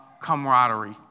camaraderie